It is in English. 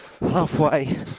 halfway